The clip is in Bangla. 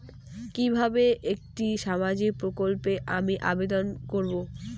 কিভাবে একটি সামাজিক প্রকল্পে আমি আবেদন করব?